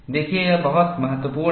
देखिए यह बहुत महत्वपूर्ण है